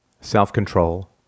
self-control